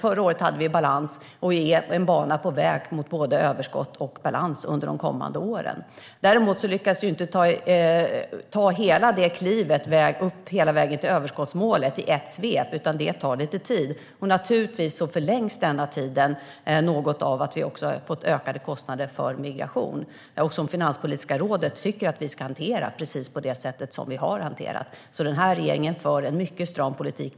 Förra året hade vi balans, och vi är på väg mot både överskott och balans de kommande åren. Däremot lyckades vi inte ta klivet hela vägen upp till överskottsmålet i ett svep, utan det tar lite tid. Naturligtvis förlängs den tiden något av att vi har fått ökade kostnader för migration, något som Finanspolitiska rådet tycker att vi ska hantera på precis det sätt som vi har hanterat det på. Den här regeringen för alltså en mycket stram politik.